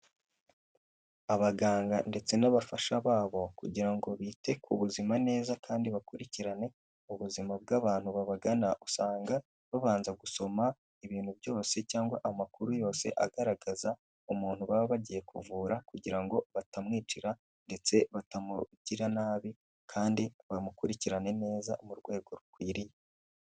Abaganga ndetse n'abafasha babo kugira ngo bite ku buzima neza kandi bakurikirane ubuzima bw'abantu babagana, usanga babanza gusoma ibintu byose cyangwa amakuru yose agaragaza umuntu baba bagiye kuvura, kugira ngo batamwicira ndetse batamugira nabi kandi bamukurikirane neza mu rwego rukwiriye.